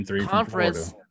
conference